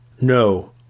No